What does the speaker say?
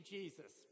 Jesus